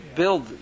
build